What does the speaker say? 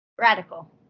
Radical